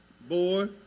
Boy